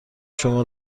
شما